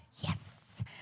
yes